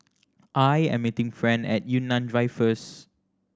I am meeting Fran at Yunnan Drive first